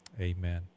amen